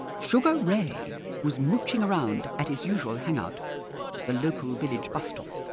sugar ray was mooching around at his usual hang-out the local village bus stop.